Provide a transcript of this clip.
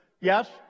Yes